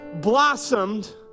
blossomed